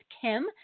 Kim